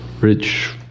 rich